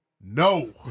No